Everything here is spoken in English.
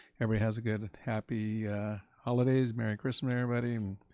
everyone has a good happy holidays. merry christmas, everybody.